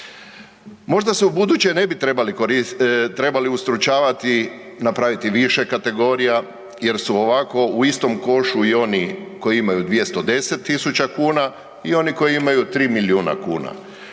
Možda se ubuduće ne bi trebali, trebali ustručavati napraviti više kategorija jer su ovako u istom košu i oni koji imaju 210.000,00 kn i oni koji imaju 3 milijuna kuna.